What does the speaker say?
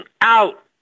out